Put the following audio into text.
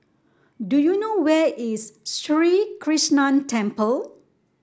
do you know where is Sri Krishnan Temple